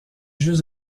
jeux